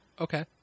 okay